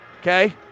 okay